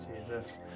Jesus